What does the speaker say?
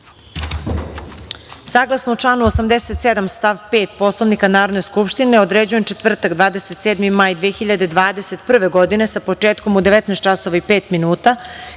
zakona. Saglasno članu 87. stav 5. Poslovnika Narodne skupštine određujem, četvrtak, 27. maj 2021. godine, sa početkom u 19